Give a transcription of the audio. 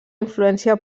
influència